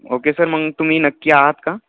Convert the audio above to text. okay sir मग तुम्ही नक्की आहात का